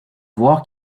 voir